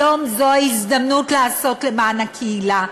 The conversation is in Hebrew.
היום זו ההזדמנות לעשות למען הקהילה.